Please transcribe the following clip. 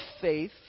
faith